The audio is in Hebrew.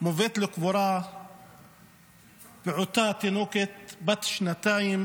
מובאת לקבורה פעוטה, תינוקת בת שנתיים